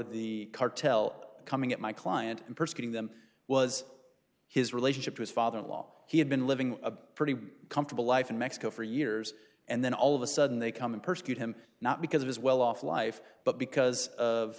the cartel coming at my client and persecuting them was his relationship with father in law he had been living a pretty comfortable life in mexico for years and then all of a sudden they come and persecute him not because of his well off life but because of